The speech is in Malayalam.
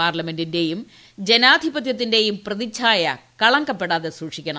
പാർലമെന്റിന്റെയും ജനാധിപത്യത്തിന്റെയും പ്രതിഛായ കളങ്കപ്പെടാതെ സൂക്ഷിക്കണം